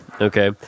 okay